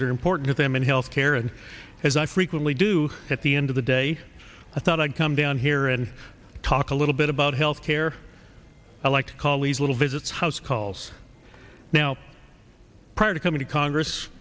that are important to them in health care and as i frequently do at the end of the day if i thought i'd come down here and talk a little bit about health care i'd like to call these little visits house calls now prior to coming to congress